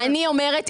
אני אומרת,